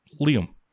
Liam